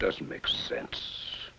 doesn't make sense